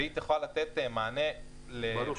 והיא תוכל לתת מענה לבנק